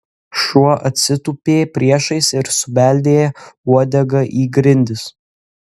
šuo atsitūpė priešais ir subeldė uodega į grindis